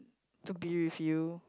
to be with you